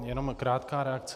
Jenom krátká reakce.